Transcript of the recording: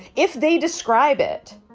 if they describe it,